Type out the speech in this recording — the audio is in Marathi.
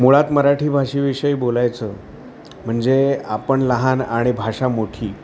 मुळात मराठी भाषेविषयी बोलायचं म्हणजे आपण लहान आणि भाषा मोठी